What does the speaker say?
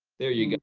there you go.